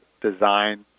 design